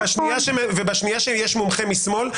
ובשנייה משמאל,